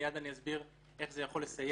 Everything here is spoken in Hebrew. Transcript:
מייד אני אסביר איך זה יכול לסייע לנו.